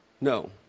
No